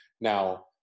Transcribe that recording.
Now